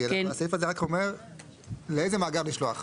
כי הסעיף הזה רק אומר לאיזה מאגר לשלוח.